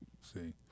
See